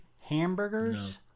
hamburgers